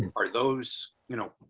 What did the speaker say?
are those, you know,